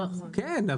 כן.